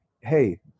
Hey